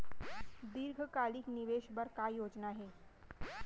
दीर्घकालिक निवेश बर का योजना हे?